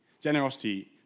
Generosity